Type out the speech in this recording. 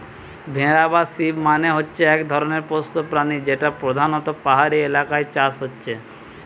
ভেড়া বা শিপ মানে হচ্ছে এক ধরণের পোষ্য প্রাণী যেটা পোধানত পাহাড়ি এলাকায় চাষ হচ্ছে